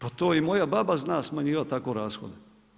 Pa to i moja baba zna smanjivati tako rashode.